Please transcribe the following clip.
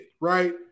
right